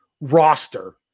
roster